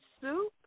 soup